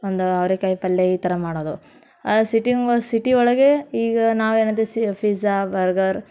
ಒಂದು ಅವ್ರೆಕಾಯಿ ಪಲ್ಯ ಈ ಥರ ಮಾಡೋದು ಸಿಟಿಗ ಸಿಟಿ ಒಳಗೆ ಈಗ ನಾವು ಏನಂದ್ರ್ ಸಿ ಫಿಝ್ಝಾ ಬರ್ಗರ್